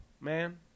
man